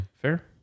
Fair